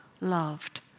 loved